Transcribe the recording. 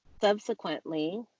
subsequently